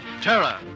Terror